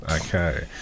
Okay